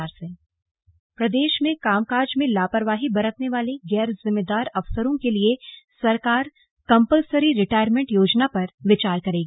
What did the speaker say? slug कामचोर अफसर प्रदेश में कामकाज में लापरवाही बरतने वाले गैर जिम्मेदार अफसरों के लिए सरकार कंपलसरी रिटायरमेंट योजना पर विचार करेगी